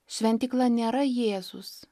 šventykla nėra jėzus